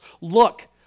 look